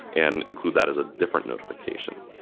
and include that as a different notification.